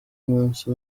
umunsi